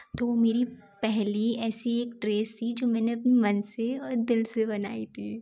तो वो मेरी पहली ऐसी एक ड्रेस थी जो मैंने अपनी मन से और दिल से बनाई थी